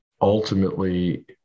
ultimately